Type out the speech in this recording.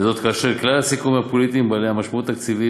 וזאת כאשר כלל הסיכומים הפוליטיים בעלי המשמעות התקציבית